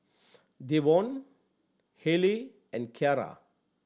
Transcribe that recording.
Devaughn Haley and Keara